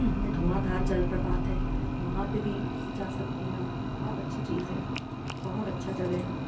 में धुआंधार जलप्रपात है वहां पर भी जा सकते हैं आप बहुत अच्छी चीज़ है बहुत अच्छी जगह है